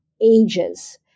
ages